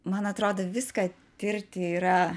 man atrodo viską tirti yra